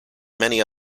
many